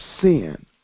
sin